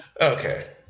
Okay